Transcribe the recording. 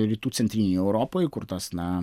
rytų centrinėj europoj kur tas na